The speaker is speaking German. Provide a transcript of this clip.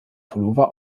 pullover